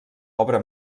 obra